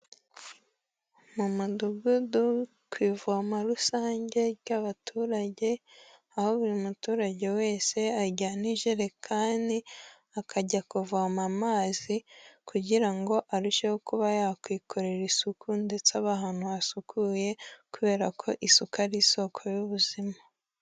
Mu mudugudu ku ivoma rusange ry'abaturage, aho buri muturage wese ajyana ijerekani akajya kuvoma amazi, kugira ngo arusheho kuba yakwikorera isuku ndetse aba ahantu hasukuye kubera ko isuka ari isoko y'ubuzima.